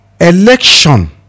election